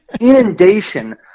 inundation